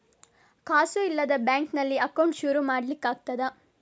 ಕಾಸು ಇಲ್ಲದ ಬ್ಯಾಂಕ್ ನಲ್ಲಿ ಅಕೌಂಟ್ ಶುರು ಮಾಡ್ಲಿಕ್ಕೆ ಆಗ್ತದಾ?